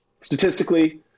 statistically